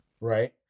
Right